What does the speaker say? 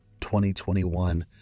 2021